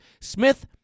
Smith